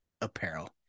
apparel